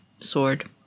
sword